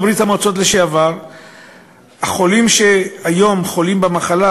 בברית-המועצות לשעבר החולים שהיום חולים במחלה